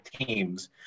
teams